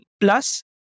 plus